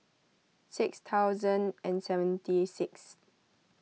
six thousand and seventy sixth